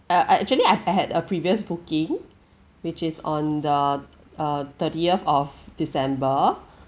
uh I actually I've had a previous booking which is on the uh thirtieth of december